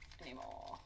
anymore